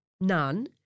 none